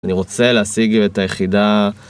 אני רוצה להשיג את היחידה.